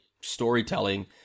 storytelling